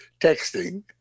texting